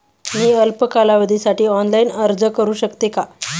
मी अल्प कालावधीसाठी ऑनलाइन अर्ज करू शकते का?